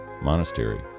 monastery